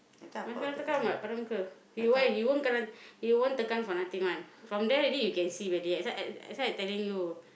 my friend cakap padan muke he why he won't tekan for nothing one from there already you can see Belly th~ that's why I telling you